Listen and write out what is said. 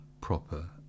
proper